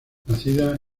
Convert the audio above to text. nacida